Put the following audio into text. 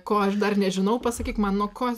ko aš dar nežinau pasakyk man nuo ko